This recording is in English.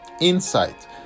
insight